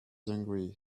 hungry